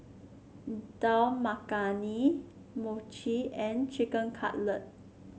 Dal Makhani Mochi and Chicken Cutlet